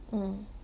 mm